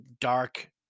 dark